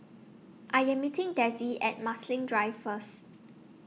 I Am meeting Dezzie At Marsiling Drive First